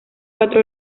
cuatro